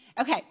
Okay